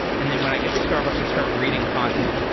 and then when i get to starbucks, i start reading content.